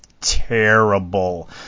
terrible